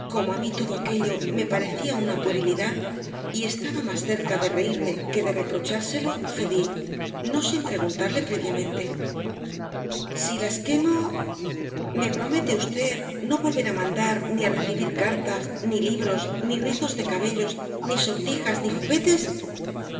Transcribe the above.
como a mí todo aquello me parecía una puerilidad y estaba más cerca de reírme que de reprochárselo cedí no sin preguntarle previamente si las quemo me promete usted no volver a mandar ni a recibir cartas ni libros ni rizos de cabellos ni sortijas ni juguetes